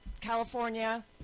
california